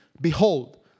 Behold